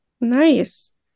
Nice